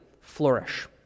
flourish